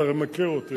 אתה הרי מכיר אותי,